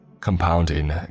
compounding